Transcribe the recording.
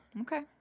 Okay